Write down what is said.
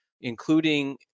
including